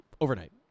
overnight